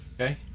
Okay